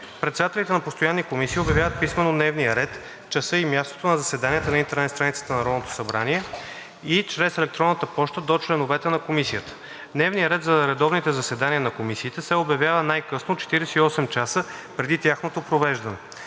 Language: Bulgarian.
Председателите на постоянните комисии обявяват писмено дневния ред, часа и мястото на заседанията на интернет страницата на Народното събрание и чрез електронна поща до членовете на комисията. Дневният ред за редовните заседания на комисиите се обявява най-късно 48 часа преди тяхното провеждане.